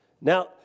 Now